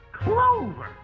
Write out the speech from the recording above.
Clover